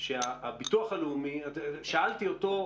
שאלתי אותו,